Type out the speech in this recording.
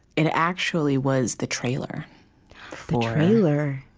it actually was the trailer the trailer?